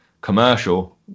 commercial